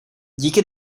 díky